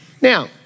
Now